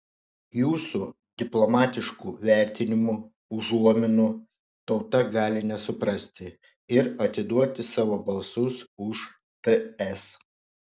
jūsų diplomatiškų vertinimų užuominų tauta gali nesuprasti ir atiduoti savo balsus už ts